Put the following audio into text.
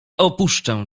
opuszczę